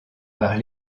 par